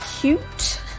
cute